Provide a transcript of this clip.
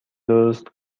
درست